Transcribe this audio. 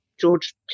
George